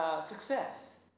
success